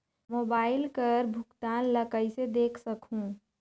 Mobile कर भुगतान ला कइसे देख सकहुं?